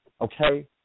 okay